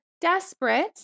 desperate